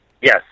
Yes